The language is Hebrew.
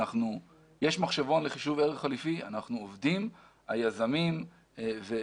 יש מחשבון לחישוב ערך חליפי ואנחנו עובדים.